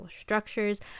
structures